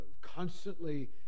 constantly